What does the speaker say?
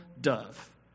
dove